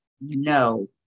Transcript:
no